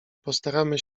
postaramy